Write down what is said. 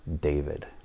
David